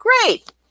Great